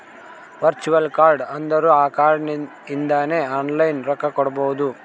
virtual card ಅಂದುರ್ ಆ card ಇಂದಾನೆ ಆನ್ಲೈನ್ ರೊಕ್ಕಾ ಕೊಡ್ಬೋದು